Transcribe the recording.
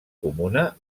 comuna